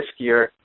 riskier